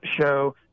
show